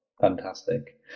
Fantastic